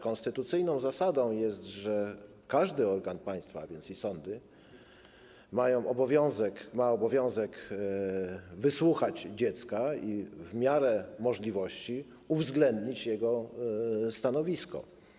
Konstytucyjną zasadą jest, że każdy organ państwa, a więc i sądy, ma obowiązek wysłuchać dziecka i w miarę możliwości uwzględnić jego stanowisko.